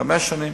חמש שנים.